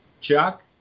Chuck